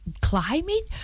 climbing